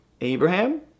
Abraham